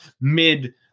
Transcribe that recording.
mid